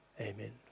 Amen